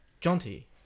jaunty